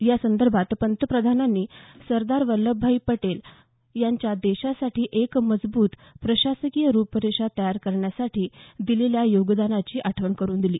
या संदर्भात पंतप्रधानांनी सरदार वल्लभभाई पटेल यांच्या देशासाठी एक मजबूत प्रशासकीय रूपरेषा तयार करण्यासाठी दिलेल्या योगदानाची आठवण करून दिली